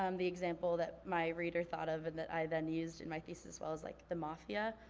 um the example that my reader thought of and that i then used in my thesis as well is like the mafia.